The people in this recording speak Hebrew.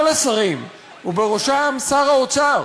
כל השרים, ובראשם שר האוצר,